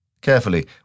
Carefully